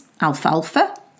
alfalfa